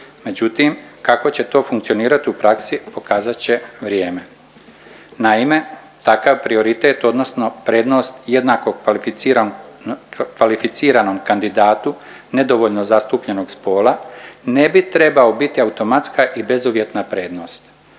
međutim kako će to funkcionirati u praksi pokazat će vrijeme. Naime, takav prioritet odnosno prednost jednako kvalificiranom kandidatu nedovoljno zastupljenog spola ne bi trebao biti automatska i bezuvjetna prednost.